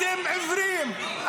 אתם עיוורים,